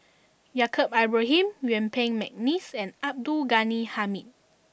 Yaacob Ibrahim Yuen Peng McNeice and Abdul Ghani Hamid